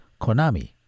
Konami